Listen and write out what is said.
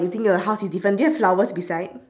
you think the house is different do you have flowers beside